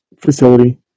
facility